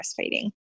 breastfeeding